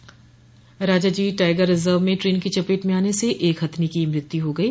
घटना Rajaji tiger reserve में एक ट्रेन की चपेट में आने से एक हथिनी की मृत्यु हो गयी